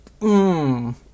mmm